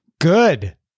Good